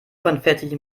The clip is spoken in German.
konfetti